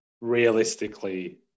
realistically